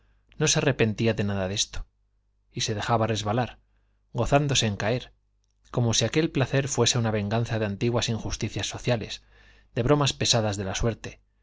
se arrepentía de nada de esto y se dejaba resbalar gozándose en caer como si aquel placer fuese una venganza de antiguas injusticias sociales de bromas pesadas de la suerte